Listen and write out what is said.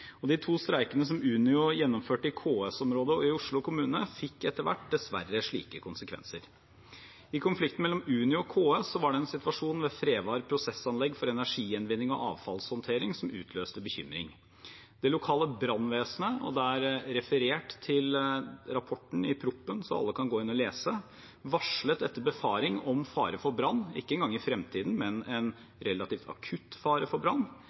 inn. De to streikene som Unio gjennomførte i KS-området og i Oslo kommune, fikk etter hvert dessverre slike konsekvenser. I konflikten mellom Unio og KS var det en situasjon ved FREVAR prosessanlegg for energigjenvinning og avfallshåndtering som utløste bekymring. Det lokale brannvesenet – og det er referert til rapporten i proposisjonen, så alle kan gå inn og lese – varslet etter befaring om fare for brann, ikke en gang i fremtiden, men en relativt akutt fare for brann,